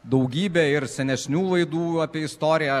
daugybė ir senesnių laidų apie istoriją